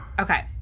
okay